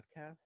podcast